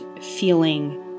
feeling